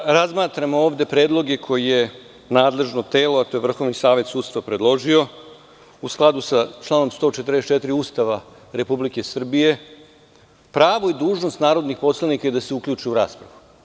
Zbog toga kada razmatramo ovde predloge koje nadležno telo, a to je Vrhovni savet sudstva predložio, u skladu sa članom 144 Ustava Republike Srbije, pravo i dužnost narodnih poslanika je da se uključe u raspravu.